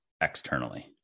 externally